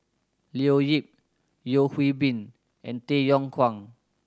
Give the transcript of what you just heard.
Leo Yip Yeo Hwee Bin and Tay Yong Kwang